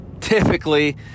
Typically